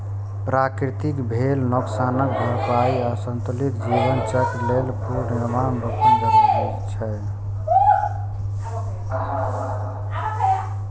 प्रकृतिक भेल नोकसानक भरपाइ आ संतुलित जीवन चक्र लेल पुनर्वनरोपण जरूरी छै